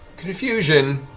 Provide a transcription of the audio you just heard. confusion,